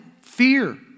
Fear